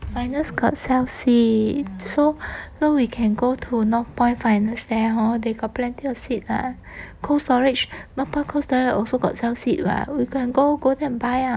finest got sell seeds so so we can go to northpoint finest there hor they got plenty of seeds ah cold storage northpoint also got sell seed [what] we can go go there and buy ah